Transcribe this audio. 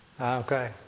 Okay